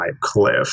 cliff